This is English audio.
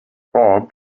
bob